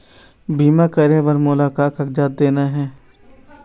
बीमा करे बर मोला का कागजात देना हे?